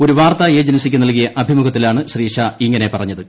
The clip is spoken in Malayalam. ഒരു വാർത്താ ഏജൻസിയ്ക്ക് നൽകിയ അഭിമുഖ്യത്തീലാണ് ശ്രീ ഷാ ഇങ്ങനെ പറഞ്ഞത്